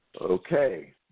Okay